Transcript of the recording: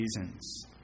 reasons